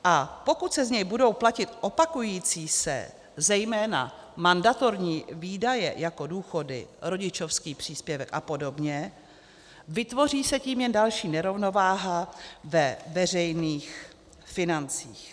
A pokud se z něj budou platit opakující se, zejména mandatorní výdaje jako důchody, rodičovský příspěvek a podobně, vytvoří se tím jen další nerovnováha ve veřejných financích.